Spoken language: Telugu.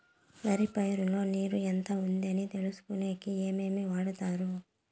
వరి పైరు లో నీళ్లు ఎంత ఉంది అని తెలుసుకునేకి ఏమేమి వాడతారు?